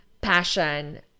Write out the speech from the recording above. Passion